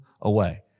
away